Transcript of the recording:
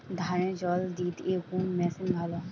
ধানে জল দিতে কোন মেশিন ভালো?